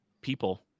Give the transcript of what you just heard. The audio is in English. People